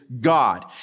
God